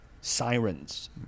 sirens